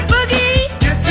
Boogie